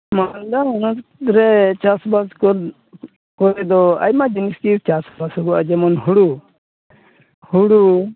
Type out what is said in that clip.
ᱢᱟᱞᱫᱟ ᱦᱚᱱᱚᱛ ᱨᱮ ᱪᱟᱥ ᱵᱟᱥᱠᱚ ᱠᱚᱨᱮ ᱫᱚ ᱟᱭᱢᱟ ᱡᱤᱱᱤᱥ ᱜᱮ ᱪᱟᱥ ᱵᱟᱥᱚᱜᱚᱜᱼᱟ ᱡᱮᱢᱚᱱ ᱦᱩᱲᱩ ᱦᱩᱲᱩ